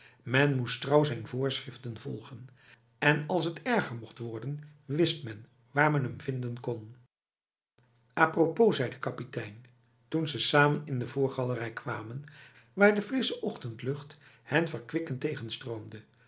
men moest trouw zijn voorschriften volgen en als het erger mocht worden wist men waar men hem vinden kon a propos zei de kapitein toen ze samen in de voorgalerij kwamen waar de frisse ochtendlucht hen